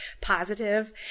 positive